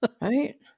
Right